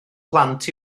plant